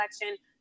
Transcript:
election